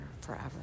forever